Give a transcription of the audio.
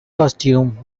costume